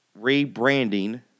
rebranding